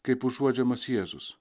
kaip užuodžiamas jėzus